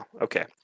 Okay